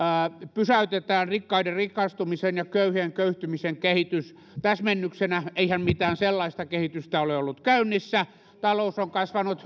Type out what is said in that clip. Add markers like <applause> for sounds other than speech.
pysäytetään rikkaiden rikastumisen ja köyhien köyhtymisen kehitys täsmennyksenä eihän mitään sellaista kehitystä ole ollut käynnissä talous on kasvanut <unintelligible>